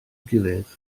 gilydd